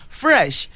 fresh